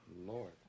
Lord